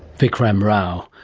vikram rao.